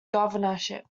governorship